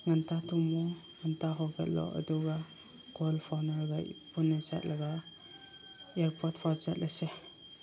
ꯉꯟꯇꯥ ꯇꯨꯝꯃꯣ ꯉꯟꯇꯥ ꯍꯧꯒꯠꯂꯣ ꯑꯗꯨꯒ ꯀꯣꯜ ꯐꯥꯎꯅꯔꯒ ꯄꯨꯟꯅ ꯆꯠꯂꯒ ꯑꯦꯌꯥꯔꯄ꯭ꯣꯔꯠ ꯐꯥꯎ ꯆꯠꯂꯁꯦ